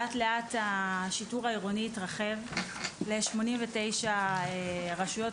השיטור העירוני התרחב לאט-לאט ל-89 רשויות,